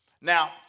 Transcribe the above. Now